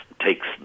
takes